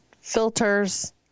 filters